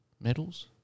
medals